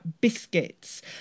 biscuits